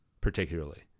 particularly